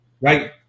right